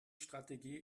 strategie